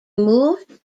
moved